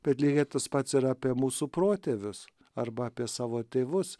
bet lygiai tas pats yra apie mūsų protėvius arba apie savo tėvus